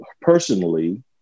personally